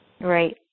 Right